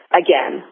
again